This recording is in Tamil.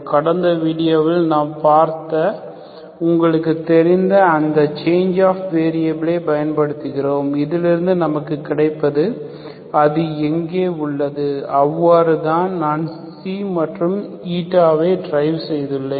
கடந்த வீடியோவில் நாம் பார்த்த உங்களுக்குத் தெரிந்த அந்த சேஞ்ச் ஆஃப் வெரியபிலை பயன்படுத்துகிறோம் இதிலிருந்து நமக்கு கிடைப்பது அது எங்கே உள்ளது அவ்வாறுதான் நான் மற்றும் ஐ டிரைவ் செய்துள்ளேன்